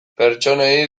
pertsonei